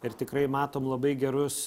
ir tikrai matom labai gerus